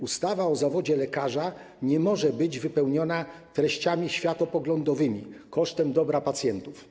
Ustawa o zawodzie lekarza nie może być wypełniona treściami światopoglądowymi kosztem dobra pacjentów.